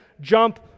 jump